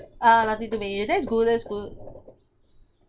uh nothing too big that's good that's good